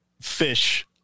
fish